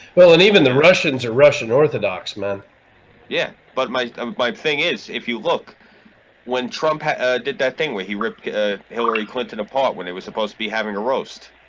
well and even the russians are russian orthodox men yeah, but my um my thing is if you look when trump did that thing where he ripped hillary clinton apart when they were supposed to be having a roast?